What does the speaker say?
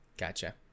Gotcha